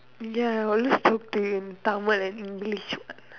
ya always talk to him in Tamil and English